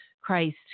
Christ